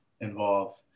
involved